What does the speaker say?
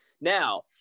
Now